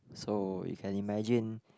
so you can imagine